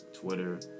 Twitter